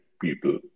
people